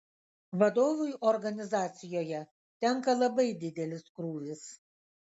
vadovui organizacijoje tenka labai didelis krūvis